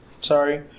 Sorry